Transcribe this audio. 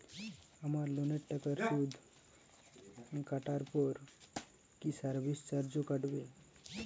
আমার লোনের টাকার সুদ কাটারপর কি সার্ভিস চার্জও কাটবে?